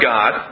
God